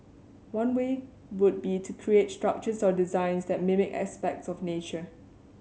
one way would be to create structures or designs that mimic aspects of nature